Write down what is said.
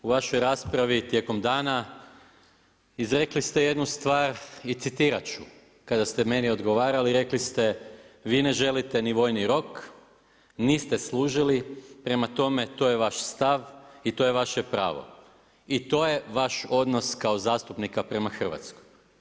U vašoj raspravi tijekom dana izrekli ste jednu stvar i citirati ću, kada ste meni odgovarali rekli ste vi ne želite ni vojni rok, niste služili, prema tome to je vaš stav i to je vaše pravo i to je vaš odnos kao zastupnika prema Hrvatskoj.